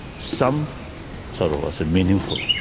some sort of meaningful,